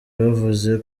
yavuze